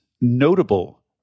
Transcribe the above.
notable